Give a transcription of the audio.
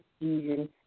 season